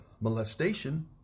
molestation